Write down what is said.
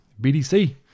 BDC